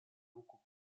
руку